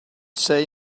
say